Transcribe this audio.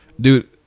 Dude